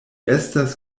estas